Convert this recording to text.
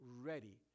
ready